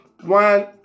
one